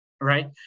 right